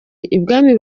ibwami